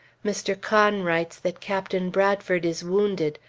mr. conn writes that captain bradford is wounded,